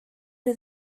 nhw